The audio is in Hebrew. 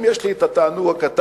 אם יש לי את התענוג הקטן,